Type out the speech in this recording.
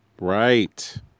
Right